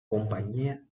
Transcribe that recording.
compañía